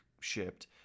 shipped